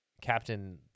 captain